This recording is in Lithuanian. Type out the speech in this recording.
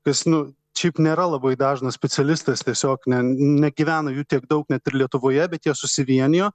kas nu šiaip nėra labai dažnas specialistas tiesiog nen negyvena jų tiek daug net ir lietuvoje bet jie susivienijo